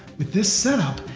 with this setup,